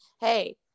Hey